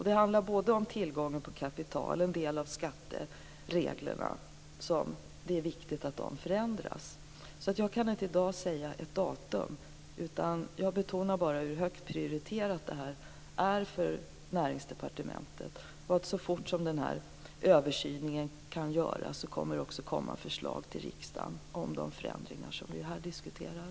Det handlar om tillgång på kapital och om att det är viktigt att en del av skattereglerna förändras. Jag kan alltså i dag inte säga ett datum. Jag betonar bara hur högt prioriterat detta är för Näringsdepartementet. Och så fort denna översyn kan göras kommer det också att komma förslag till riksdagen om de förändringar som vi här diskuterar.